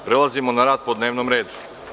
Prelazimo na rad po dnevnom redu.